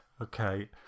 Okay